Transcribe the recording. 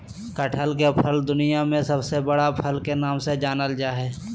कटहल के फल दुनिया में सबसे बड़ा फल के नाम से जानल जा हइ